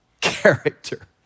character